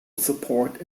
support